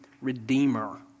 redeemer